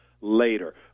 later